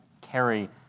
carry